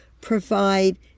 provide